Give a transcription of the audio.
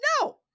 no